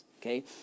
okay